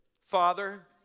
father